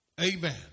amen